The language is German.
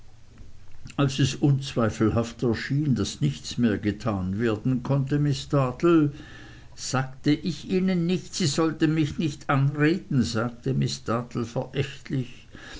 als es unzweifelhaft erschien daß nichts mehr getan werden konnte miß dartle sagte ich ihnen nicht sie sollten mich nicht anreden sagte miß dartle verächtlich